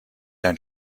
dein